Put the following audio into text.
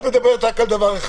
את מדברת רק על דבר אחד.